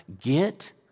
Get